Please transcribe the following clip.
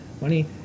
money